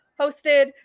hosted